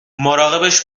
مراقبش